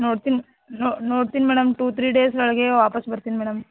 ನೋಡ್ತಿನಿ ನೋಡ್ತಿನಿ madam two three days ಒಳಗೆ ವಾಪಸ್ ಬರ್ತಿನಿ ಮೇಡಮ್